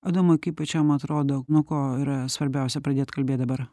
adomai kaip pačiam atrodo nuo ko yra svarbiausia pradėt kalbėt dabar